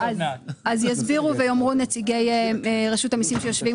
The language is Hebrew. יסבירו ויאמרו נציגי רשות המיסים שיושבים